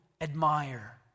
admire